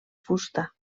fusta